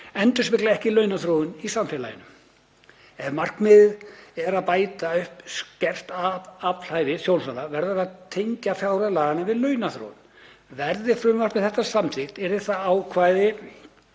endurspegla ekki launaþróun í samfélaginu. Ef markmiðið er að bæta upp skert aflahæfi tjónþola verður að tengja fjárhæðir laganna við launaþróun. Verði frumvarp þetta samþykkt yrðu ákvæði